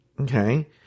Okay